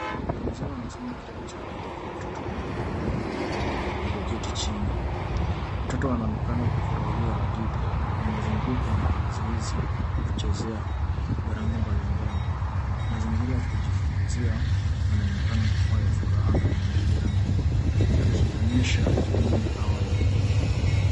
Mtu mzima anasoma kitabu cha hadithi kwa watoto wadogo walioketi chini watoto wanaonekana kufurahia hadithi wamezungukwa na vizuizi vya kuchezea vya rangi mbali mbali mazingira ya kujifunzia yanaonekana kuwa ya furaha na mwingiliano yakionyesha elimu ya awali